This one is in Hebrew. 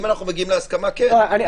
אם אנחנו מגיעים להסכמה, כן.